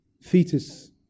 fetus